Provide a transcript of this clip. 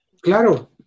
claro